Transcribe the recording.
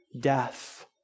death